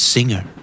Singer